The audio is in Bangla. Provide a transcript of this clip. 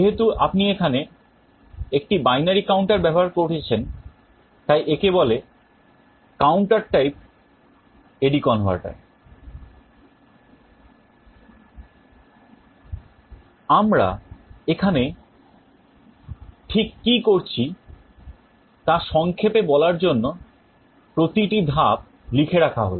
যেহেতু আপনি এখানে একটি binary counter ব্যবহার করেছেন তাই একে বলে counter type AD converter আমরা এখানে ঠিক কি করছি তা সংক্ষেপে বলার জন্য প্রতিটি ধাপ লিখে রাখা হল